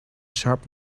sharp